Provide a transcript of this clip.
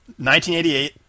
1988